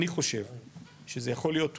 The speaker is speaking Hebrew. אני חושב שזה יכול להיות WIN-WIN,